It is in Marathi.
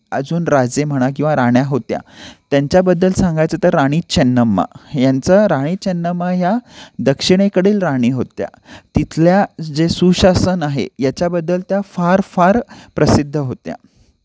अजून राजे म्हणा किंवा राण्या होत्या त्यांच्याबद्दल सांगायचं तर राणी चेन्नम्मा यांचं राणी चेन्नम्मा ह्या दक्षिणेकडील राणी होत्या तिथल्या जे सुशासन आहे याच्याबद्दल त्या फार फार प्रसिद्ध होत्या